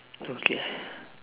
okay